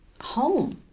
home